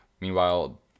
Meanwhile